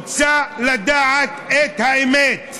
היא רוצה לדעת את האמת.